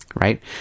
Right